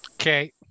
Okay